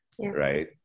Right